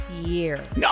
year